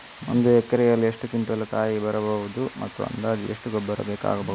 ಒಂದು ಎಕರೆಯಲ್ಲಿ ಎಷ್ಟು ಕ್ವಿಂಟಾಲ್ ಕಾಯಿ ಬರಬಹುದು ಮತ್ತು ಅಂದಾಜು ಎಷ್ಟು ಗೊಬ್ಬರ ಬೇಕಾಗಬಹುದು?